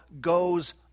goes